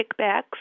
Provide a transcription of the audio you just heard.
kickbacks